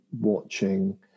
watching